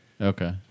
Okay